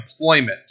employment